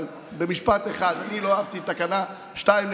אבל במשפט אחד: לא אהבתי את תקנה 2.5,